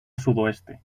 sudoeste